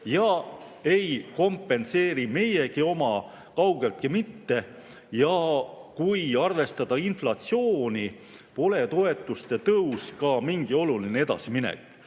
ei kompenseeri meiegi oma kaugeltki mitte. Kui arvestada inflatsiooni, pole toetuste tõus ka mingi oluline edasiminek.